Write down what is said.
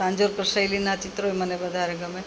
તાંજોરકર શૈલીનાં ચિત્રોય મને વધારે ગમે છે